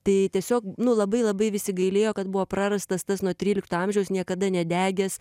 tai tiesiog nu labai labai visi gailėjo kad buvo prarastas tas nuo trylikto amžiaus niekada nedegęs